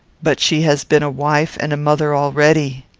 but she has been a wife and mother already.